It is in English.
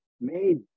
made